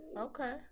okay